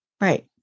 Right